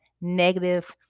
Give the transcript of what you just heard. negative